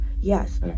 yes